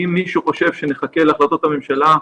אם מישהו חושב שנחכה להחלטות הממשלה,